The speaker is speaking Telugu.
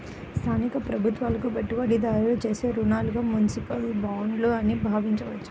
స్థానిక ప్రభుత్వాలకు పెట్టుబడిదారులు చేసే రుణాలుగా మునిసిపల్ బాండ్లు అని భావించవచ్చు